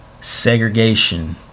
segregation